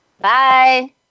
Bye